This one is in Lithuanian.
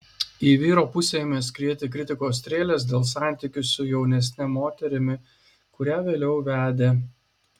į vyro pusę ėmė skrieti kritikos strėlės dėl santykių su jaunesne moterimi kurią vėliau vedė